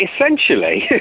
essentially